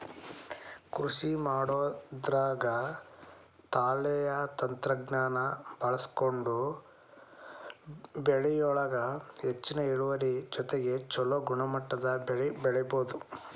ಕೃಷಿಮಾಡೋದ್ರಾಗ ತಳೇಯ ತಂತ್ರಜ್ಞಾನ ಬಳಸ್ಕೊಂಡ್ರ ಬೆಳಿಯೊಳಗ ಹೆಚ್ಚಿನ ಇಳುವರಿ ಜೊತೆಗೆ ಚೊಲೋ ಗುಣಮಟ್ಟದ ಬೆಳಿ ಬೆಳಿಬೊದು